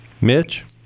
Mitch